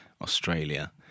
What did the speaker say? Australia